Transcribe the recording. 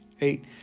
Eight